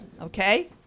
Okay